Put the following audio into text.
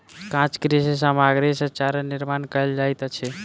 काँच कृषि सामग्री सॅ चारा निर्माण कयल जाइत अछि